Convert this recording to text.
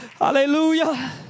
Hallelujah